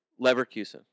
Leverkusen